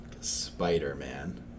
Spider-Man